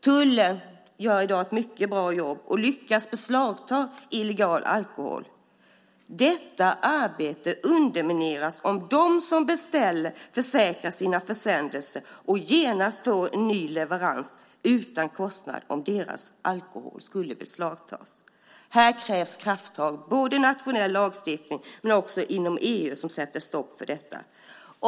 Tullen gör i dag ett mycket bra jobb och lyckas beslagta illegal alkohol. Detta arbete undermineras om de som beställer försäkrar sina försändelser och genast får en ny leverans utan kostnad om deras alkohol skulle beslagtas. Här krävs krafttag, både med nationell lagstiftning och inom EU, som sätter stopp för detta.